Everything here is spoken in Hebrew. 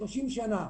30 שנה,